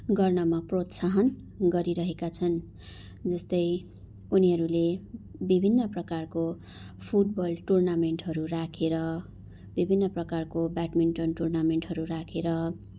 गर्नमा प्रोत्साहन गरिरहेका छन् जस्तै उनीहरूले विभिन्न प्रकारको फुटबल टोर्नामेन्टहरू राखेर विभिन्न प्रकारको ब्याडमिन्टन टोर्नामेन्टहरू राखेर